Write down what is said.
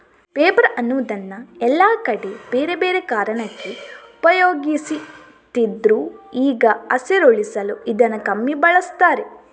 paper ಅನ್ನುದನ್ನ ಎಲ್ಲಾ ಕಡೆ ಬೇರೆ ಬೇರೆ ಕಾರಣಕ್ಕೆ ಉಪಯೋಗಿಸ್ತಿದ್ರು ಈಗ ಹಸಿರುಳಿಸಲು ಇದನ್ನ ಕಮ್ಮಿ ಬಳಸ್ತಾರೆ